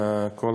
כל